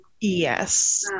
Yes